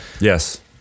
yes